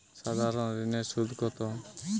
সাধারণ ঋণের সুদ কত?